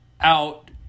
out